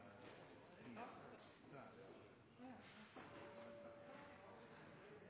saknar